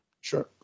sure